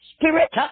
spirit